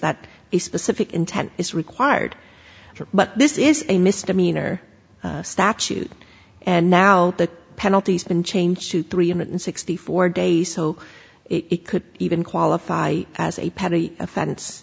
that the specific intent is required but this is a misdemeanor statute and now the penalties been changed to three hundred sixty four days so it could even qualify as a petty offense